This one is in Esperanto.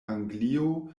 anglio